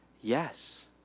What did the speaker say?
yes